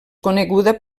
coneguda